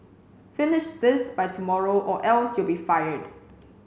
finish this by tomorrow or else you'll be fired